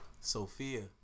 Sophia